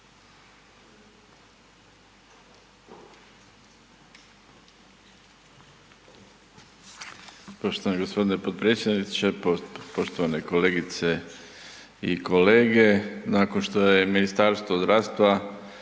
Poštovani gospodine potpredsjedniče, poštovane kolegice i kolege. Nakon što je Ministarstvo zdravstva